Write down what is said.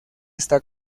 está